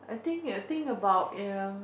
I think I think about